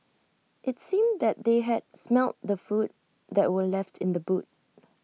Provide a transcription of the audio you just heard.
IT seemed that they had smelt the food that were left in the boot